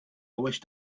wished